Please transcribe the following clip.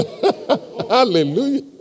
Hallelujah